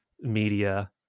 media